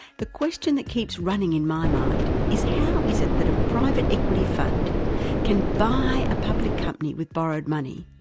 the question that keeps running in my mind is how is it that a private equity fund can buy a public company with borrowed money,